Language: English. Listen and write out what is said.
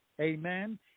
Amen